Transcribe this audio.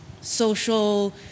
social